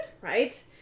Right